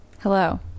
Hello